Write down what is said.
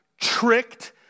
tricked